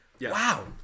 Wow